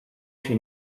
się